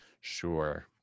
Sure